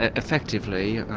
ah effectively,